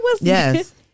Yes